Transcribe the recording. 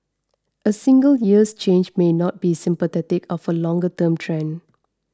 a single year's change may not be symptomatic of a longer term trend